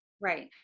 Right